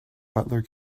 butler